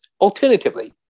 alternatively